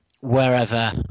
wherever